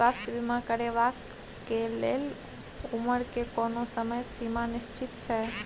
स्वास्थ्य बीमा करेवाक के लेल उमर के कोनो समय सीमा निश्चित छै?